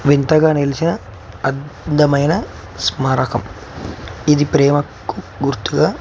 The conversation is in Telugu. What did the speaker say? వింతగా నిలిచిన అందమైన స్మారకం ఇది ప్రేమకు గుర్తుగా